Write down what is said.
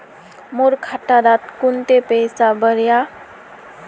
मोर खाता डात कत्ते पैसा बढ़ियाहा?